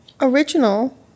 original